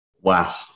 Wow